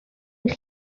eich